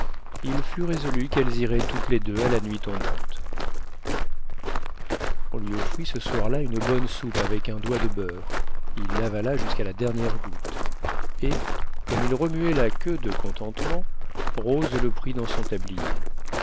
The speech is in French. il fut résolu qu'elles iraient toutes les deux à la nuit tombante on lui offrit ce soir-là une bonne soupe avec un doigt de beurre il l'avala jusqu'à la dernière goutte et comme il remuait la queue de contentement rose le prit dans son tablier